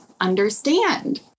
understand